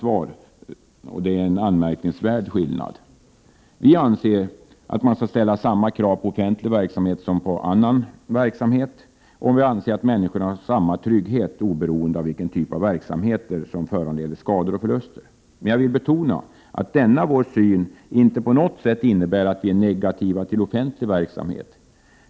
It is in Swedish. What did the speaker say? Vi anser att man skall ställa samma krav på offentlig verksamhet som på annan verksamhet. Vi anser också att människorna skall ha samma trygghet oberoende av vilken typ av verksamhet som föranleder skador eller förluster. Jag vill betona att denna vår syn inte på något sätt innebär att vi är negativa till offentlig verksamhet.